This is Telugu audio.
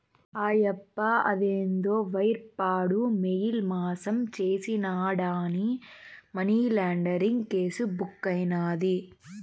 ఆయప్ప అదేందో వైర్ ప్రాడు, మెయిల్ మాసం చేసినాడాని మనీలాండరీంగ్ కేసు బుక్కైనాది